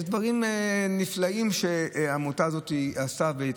דברים נפלאים שהעמותה הזאת עשתה.